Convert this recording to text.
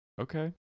Okay